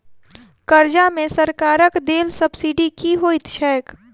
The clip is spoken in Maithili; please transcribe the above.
कर्जा मे सरकारक देल सब्सिडी की होइत छैक?